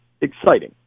exciting